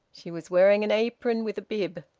she was wearing an apron with a bib.